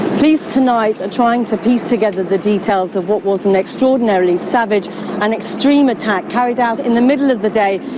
police tonight are and trying to piece together the details of what was an extraordinarily savage and extreme attack carried out in the middle of the day.